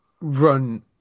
run